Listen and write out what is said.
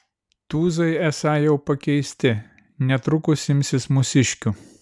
tūzai esą jau pakeisti netrukus imsis mūsiškių